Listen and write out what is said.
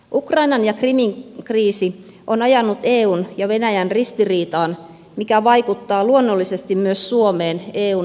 ukrainan ja krimin kriisi on ajanut eun ja venäjän ristiriitaan mikä vaikuttaa luonnollisesti myös suomeen eun jäsenmaana